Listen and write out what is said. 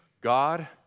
God